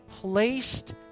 placed